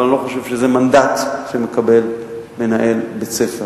אבל אני לא חושב שזה מנדט שמקבל מנהל בית-ספר.